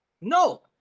No